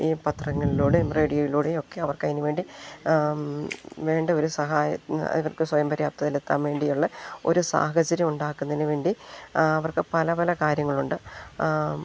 ഈ പത്രങ്ങളിലൂടെ റേഡിയോയിലൂടെയും ഒക്കെ അവർക്ക് അതിനു വേണ്ടി വേണ്ട ഒരു സഹായം ഇവർക്ക് സ്വയംപര്യാപ്തതയെത്താൻ വേണ്ടിയുള്ള ഒരു സാഹചര്യം ഉണ്ടാക്കുന്നതിനു വേണ്ടി അവർക്കു പല പല കാര്യങ്ങളുണ്ട്